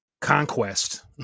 conquest